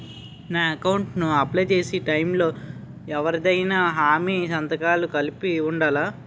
నా అకౌంట్ ను అప్లై చేసి టైం లో ఎవరిదైనా హామీ సంతకాలు కలిపి ఉండలా?